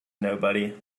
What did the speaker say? nobody